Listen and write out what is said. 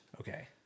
Okay